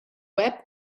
web